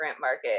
market